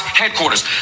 headquarters